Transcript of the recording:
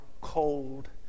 cold